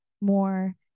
more